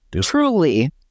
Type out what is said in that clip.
Truly